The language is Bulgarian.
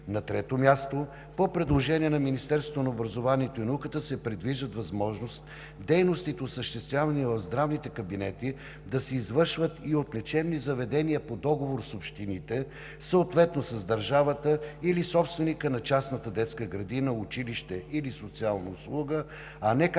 На трето място, по предложение на Министерството на образованието и науката се предвижда възможност дейностите, осъществявани в здравните кабинети, да се извършват и от лечебни заведения по договор с общините, съответно с държавата или собственика на частната детска градина, училище или социална услуга, а не както